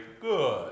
good